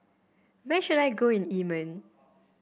where should I go in Yemen